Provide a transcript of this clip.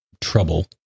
trouble